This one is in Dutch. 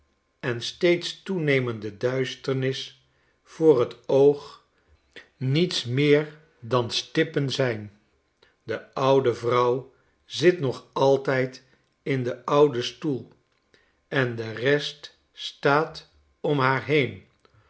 en steeds toenemende duisternis voor t oog niets meer dan stippen zijn de oude vrouw zit nog altijd in den ouden stoel en de rest staat om haar heen